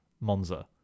monza